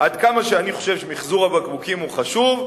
עד כמה שאני חושב שמיחזור הבקבוקים הוא חשוב,